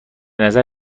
نظر